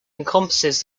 encompasses